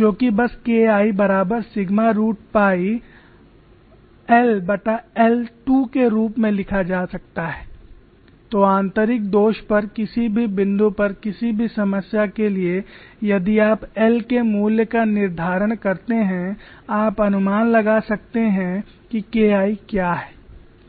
जो कि बस K I बराबर सिग्मा रूट पाई lI 2 के रूप में लिखा जा सकता है I तो आंतरिक दोष पर किसी भी बिंदु पर किसी भी समस्या के लिए यदि आप l के मूल्य का निर्धारण करते हैं आप अनुमान लगा सकते हैं कि KI क्या है